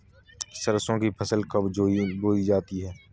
सरसों की फसल कब बोई जाती है?